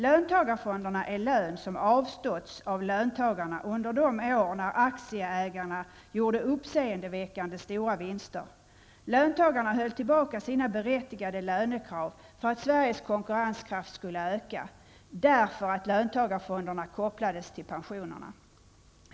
Löntagarfonderna är lön som avståtts av löntagarna under de år då aktieägarna gjorde uppseendeväckande stora vinster. Löntagarna höll tillbaka sina berättigade lönekrav för att Sveriges konkurrenskraft skulle öka, eftersom löntagarfonderna kopplades till pensionerna.